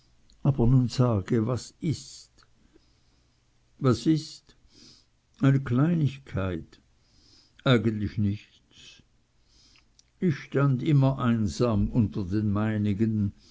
aber nun sage was ist was ist eine kleinigkeit eigentlich nichts ich stand immer einsam unter den meinigen